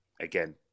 Again